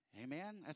Amen